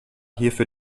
hierfür